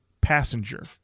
Passenger